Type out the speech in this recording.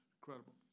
Incredible